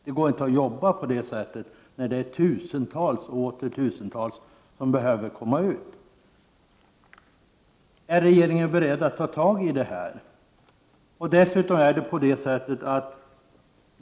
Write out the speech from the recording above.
Det går inte att jobba på det sättet när det är tusentals och åter tusentals människor som behöver komma ut i arbete.